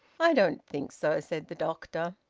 i don't think so, said the doctor.